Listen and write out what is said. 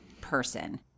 person